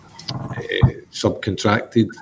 subcontracted